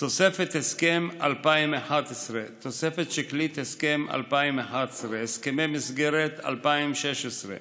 תוספת הסכם 2011. תוספת שקלית הסכם 2011; הסכמי מסגרת 2016,